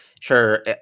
Sure